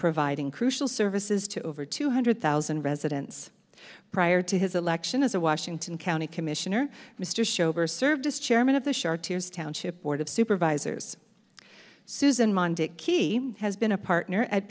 providing crucial services to over two hundred thousand residents prior to his election as a washington county commissioner mr schober served as chairman of the shar tears township board of supervisors susan mon dickey has been a partner at